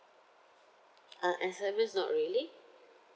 uh S_M_S not really